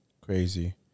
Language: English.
crazy